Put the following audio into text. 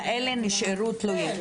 נשארו תלויים?